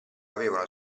avevano